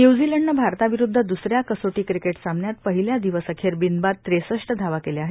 न्यूझीलंडनं भारताविरुद्ध द्रसऱ्या कसोटी क्रिकेट सामन्यात पहिल्या दिवस अखेर बिनबाद व्रेसष्ट धावा केल्या आहेत